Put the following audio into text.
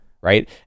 right